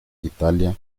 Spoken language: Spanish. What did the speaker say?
italia